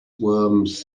worms